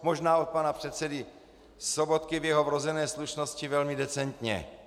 Možná od pana předsedy Sobotky při jeho vrozené slušnosti velmi decentně.